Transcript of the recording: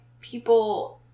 people